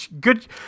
good